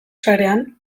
sarean